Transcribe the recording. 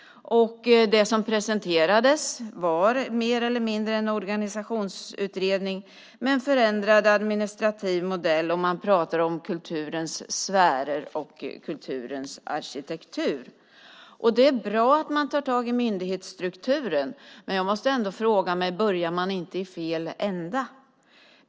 Det som presenterades var mer eller mindre en organisationsutredning med en förändrad administrativ modell. Man pratar om kulturens sfärer och kulturens arkitektur. Det är bra att man tar tag i myndighetsstrukturen, men jag måste ändå fråga mig om man inte börjar i fel ända.